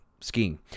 skiing